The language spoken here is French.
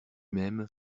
même